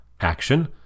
Action